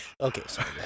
Okay